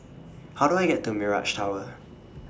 How Do I get to Mirage Tower